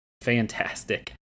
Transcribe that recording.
fantastic